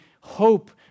hope